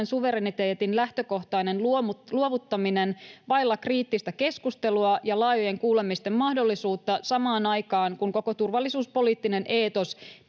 suvereniteetin lähtökohtainen luovuttaminen vailla kriittistä keskustelua ja laajojen kuulemisten mahdollisuutta samaan aikaan, kun koko turvallisuuspoliittinen eetos